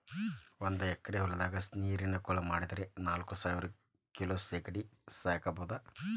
ಒಂದ್ ಎಕರೆ ಹೊಲದಾಗ ಸಿಹಿನೇರಿನ ಕೊಳ ಮಾಡಿದ್ರ ನಾಲ್ಕಸಾವಿರ ಕಿಲೋ ಸೇಗಡಿ ಸಾಕಬೋದು